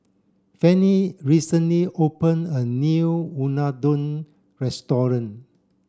Fanny recently open a new Unadon restaurant